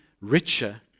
richer